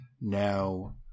Now